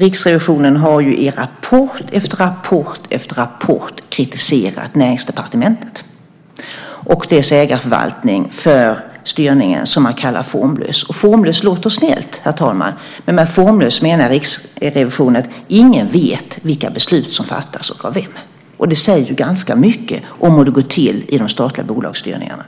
Riksrevisionen har i rapport efter rapport kritiserat Näringsdepartementet och dess ägarförvaltning för styrningen, som de kallar formlös. Formlös låter snällt, herr talman, men med formlös menar Riksrevisionen att ingen vet vilka beslut som fattas och av vem. Det säger ganska mycket om hur det går till i de statliga bolagsstyrningarna.